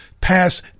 pass